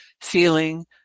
feeling